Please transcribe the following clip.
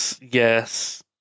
Yes